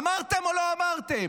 אמרתם או לא אמרתם?